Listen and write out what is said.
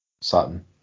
Sutton